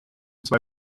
zwei